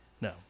No